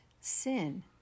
Sin